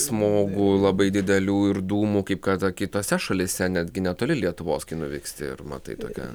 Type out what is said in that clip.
smogų labai didelių ir dūmų kaip kad kitose šalyse netgi netoli lietuvos kai nuvyksti ir matai tokią